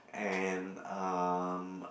and um